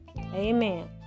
Amen